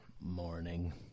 Morning